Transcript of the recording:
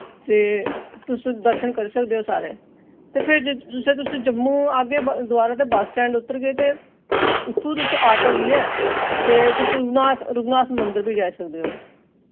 ते तुस दर्शन करी सकदे ओ सारे ते फिर जिसलै तुस जम्मू आगे दोबारा ते बस स्टैंड उतरगे ते उत्थूं तुस आटो लेइयै रघुनाथ रघुनाथ मंदर बी जाई सकदे ओ